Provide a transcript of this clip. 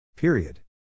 Period